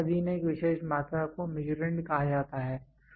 माप के अधीन एक विशेष मात्रा को मीसुरंड कहा जाता है